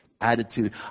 attitude